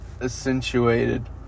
accentuated